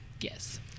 Yes